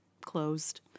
closed